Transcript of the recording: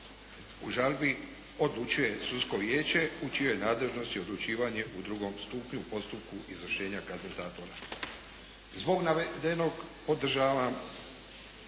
u žalbi odlučuje Sudsko vijeće u čijoj je nadležnosti odlučivanje u drugom stupnju, u postupku izvršenja kazne zatvora. Zbog navedenog podržavam